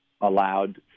allowed